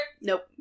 Nope